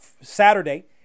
Saturday